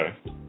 Okay